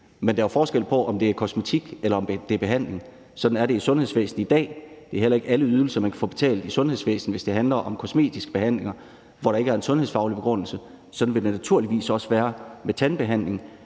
Men der er jo forskel på, om det er kosmetik, eller om det er behandling. Sådan er det i sundhedsvæsenet i dag. Det er heller ikke alle ydelser, man kan få betalt i sundhedsvæsenet, hvis det handler om kosmetiske behandlinger, hvor der ikke er en sundhedsfaglig begrundelse. Sådan vil det naturligvis også være med tandbehandlinger: